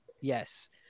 Yes